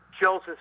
Joseph